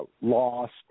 lost